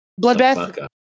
bloodbath